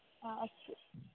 अस्तु